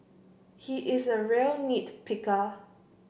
he is a real nit picker